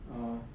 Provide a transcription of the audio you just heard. oh